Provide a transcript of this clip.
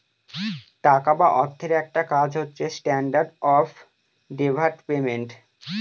টাকা বা অর্থের একটা কাজ হচ্ছে স্ট্যান্ডার্ড অফ ডেফার্ড পেমেন্ট